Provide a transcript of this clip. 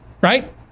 Right